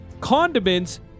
condiments